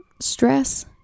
stress